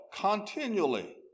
continually